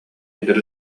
эдэр